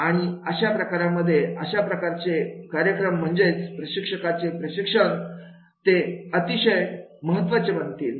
आणि अशा प्रकारांमध्ये अशा प्रकारचे कार्यक्रम म्हणजेच प्रशिक्षकांचे प्रशिक्षण ते अतिशय महत्त्वाचे बनतील